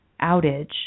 outage